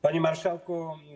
Panie Marszałku!